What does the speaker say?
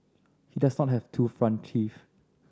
he does not have two front teeth